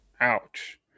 Ouch